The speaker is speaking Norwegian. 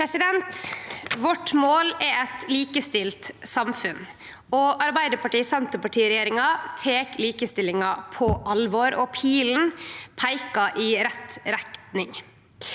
vårt er eit likestilt samfunn. Arbeidarparti–Senterparti-regjeringa tek likestillinga på alvor, og pilen peikar i rett retning.